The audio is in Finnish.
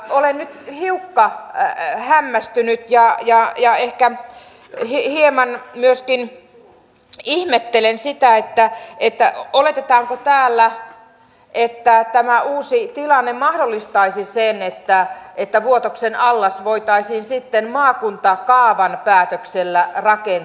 olen nyt hiukan hämmästynyt ja ehkä hieman myöskin ihmettelen sitä että oletetaanko täällä että tämä uusi tilanne mahdollistaisi sen että vuotoksen allas voitaisiin sitten maakuntakaavan päätöksellä rakentaa